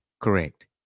correct